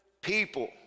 people